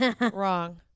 Wrong